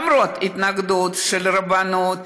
למרות ההתנגדות של הרבנות,